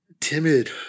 timid